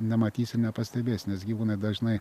nematysi ir nepastebėsi nes gyvūnai dažnai